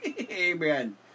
Amen